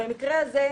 במקרה הזה,